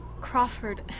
Crawford